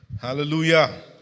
Hallelujah